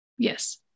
Yes